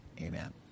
amen